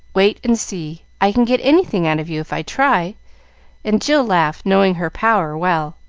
wait and see i can get anything out of you if i try and jill laughed, knowing her power well,